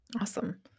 Awesome